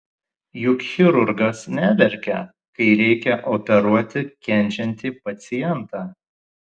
juk chirurgas neverkia kai reikia operuoti kenčiantį pacientą